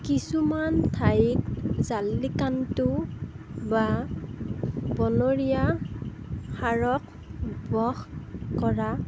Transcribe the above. কিছুমান ঠাইত জাল্লিকাট্টু বা বনৰীয়া ষাঁড়ক বশ কৰা